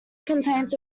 contains